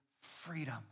freedom